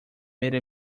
made